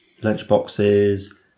lunchboxes